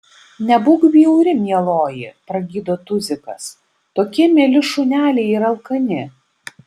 nebūk bjauri mieloji pragydo tuzikas tokie mieli šuneliai ir alkani